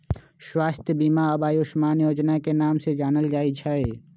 स्वास्थ्य बीमा अब आयुष्मान योजना के नाम से जानल जाई छई